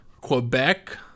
Quebec